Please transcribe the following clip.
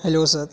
hello sir